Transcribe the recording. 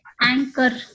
Anchor